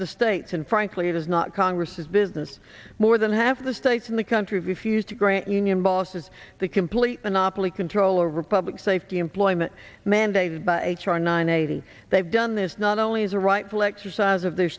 the states and frankly it is not congress's business more than half the states in the country refuse to go union bosses the complete monopoly control over public safety employment mandated by h r nine eighty they've done this not only as a rightful exercise of their